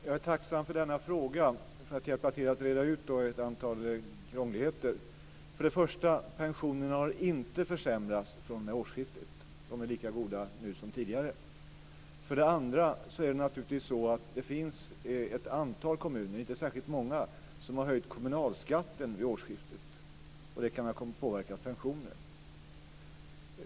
Fru talman! Jag är tacksam för denna fråga, som kan hjälpa till att reda ut ett antal krångligheter. För det första har pensionerna inte försämrats fr.o.m. årsskiftet. Det är lika goda nu som tidigare. För det andra finns det ett antal kommuner, inte särskilt många, som har höjt kommunalskatten vid årsskiftet. Det kan ha påverkat pensionerna.